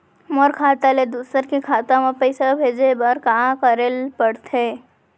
मोर खाता ले दूसर के खाता म पइसा भेजे बर का करेल पढ़थे?